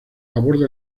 aborda